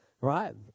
right